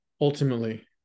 ultimately